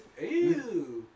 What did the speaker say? Ew